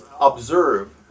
observe